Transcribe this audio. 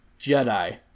Jedi